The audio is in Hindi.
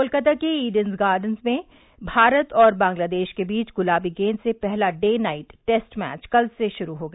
कोलकाता के इडेन गार्डेस में भारत और बांग्लादेश के बीच गुलाबी गेंद से पहला डे नाइट टेस्ट भैच कल से शुरू हो गया